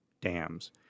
dams